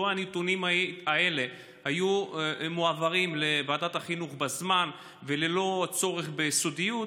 לו הנתונים האלה היו מועברים לוועדת החינוך בזמן וללא צורך בסודיות,